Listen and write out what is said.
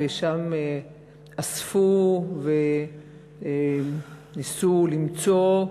ושם אספו וניסו למצוא,